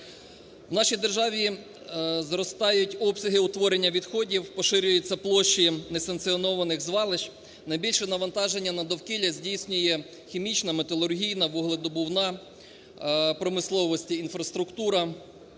В нашій державі зростають обсяги утворення відходів, поширюються площі несанкціонованих звалищ. Найбільше навантаження на довкілля здійснює хімічна, металургійна, вугледобувна промисловості, інфраструктура,